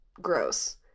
gross